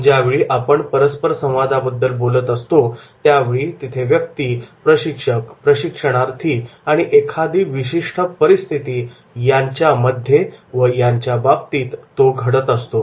ज्यावेळी आपण परस्पर संवादाबद्दल बोलत असतो त्यावेळी तिथे व्यक्ती प्रशिक्षक प्रशिक्षणार्थी आणि एखादी विशिष्ट परिस्थिती यांच्यामध्ये व यांच्या बाबतीत तो घडत असतो